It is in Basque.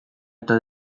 eta